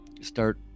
start